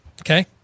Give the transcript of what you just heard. okay